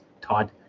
Todd